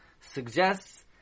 suggests